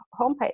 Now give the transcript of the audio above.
homepage